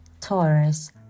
Taurus